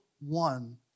one